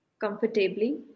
comfortably